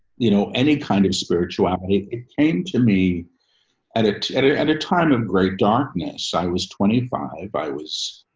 you know, any kind of spirituality that came to me at it at it at a time of great darkness. i was twenty five. i was,